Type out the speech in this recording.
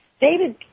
David